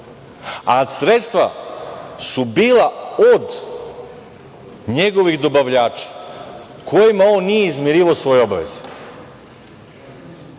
a sredstva su bila od njegovih dobavljača kojima on nije izmirivao svoje obaveze. Znači,